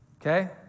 Okay